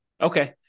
Okay